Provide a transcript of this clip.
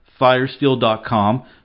Firesteel.com